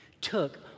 took